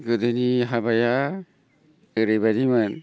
गोदोनि हाबाया ओरैबादिमोन